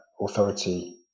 authority